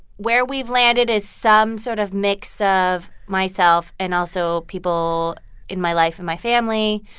where we've landed is some sort of mix of myself and also people in my life and my family.